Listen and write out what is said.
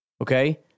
Okay